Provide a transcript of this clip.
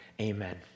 Amen